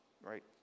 Right